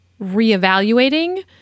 reevaluating